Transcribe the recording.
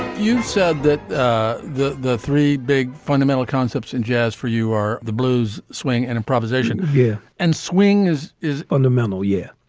you said that ah the the three big fundamental concepts in jazz for you are the blues swing and improvisation. yeah, and swing is is fundamental. yeah.